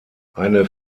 eine